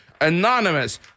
anonymous